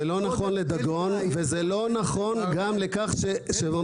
זה לא נכון לדגון וזה לא נכון גם לכך -- אלי,